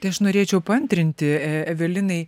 tai aš norėčiau paantrinti evelinai